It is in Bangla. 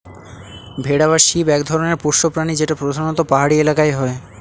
ভেড়া বা শিপ এক ধরনের পোষ্য প্রাণী যেটা প্রধানত পাহাড়ি এলাকায় হয়